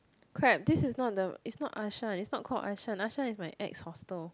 crap this is not the it's not Arshan it's not called Arshan Arshan is my ex hostel